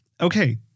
okay